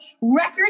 record